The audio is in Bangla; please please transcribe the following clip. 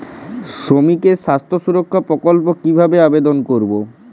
শ্রমিকের স্বাস্থ্য সুরক্ষা প্রকল্প কিভাবে আবেদন করবো?